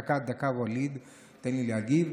דקה, ואליד, תן לי להגיד.